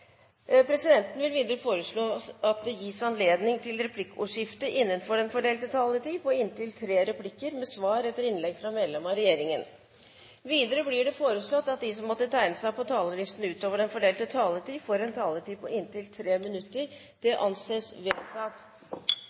Presidenten vil videre foreslå at det gis anledning til replikkordskifte på inntil tre replikker med svar etter innlegg fra medlem av regjeringen innenfor den fordelte taletid. Videre blir det foreslått at de som måtte tegne seg på talerlisten utover den fordelte taletid, får en taletid på inntil 3 minutter. – Det anses vedtatt.